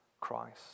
Christ